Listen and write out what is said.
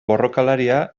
borrokalaria